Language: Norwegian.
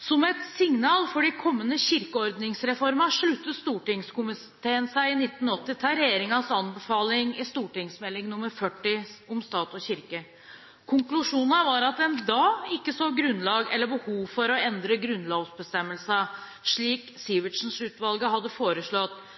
Som et signal for de kommende kirkeordningsreformene sluttet stortingskomiteen seg i 1980 til regjeringens anbefalinger i St.meld. nr. 40 for 1980–81om stat og kirke. Konklusjonen var at en da ikke så grunnlag eller behov for å endre grunnlovsbestemmelsene, slik